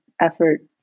effort